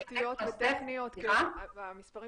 המספרים